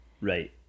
Right